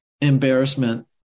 embarrassment